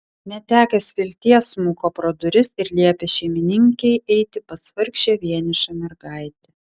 netekęs vilties smuko pro duris ir liepė šeimininkei eiti pas vargšę vienišą mergaitę